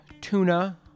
tuna